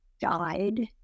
died